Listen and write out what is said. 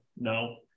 No